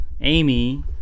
Amy